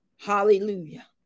Hallelujah